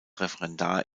referendar